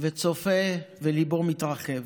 וצופה וליבו מתרחב.